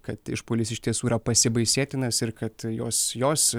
kad išpuolis iš tiesų yra pasibaisėtinas ir kad jos jos